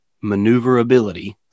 maneuverability